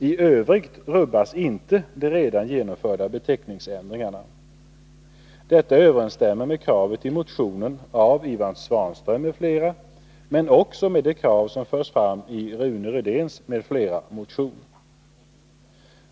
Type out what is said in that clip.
I övrigt rubbas inte de redan genomförda beteckningsändringarna. Detta överensstämmer med kravet i motionen av Ivan Svanström m.fl. men också med de krav som förs fram i motionen av Rune Rydén m.fl.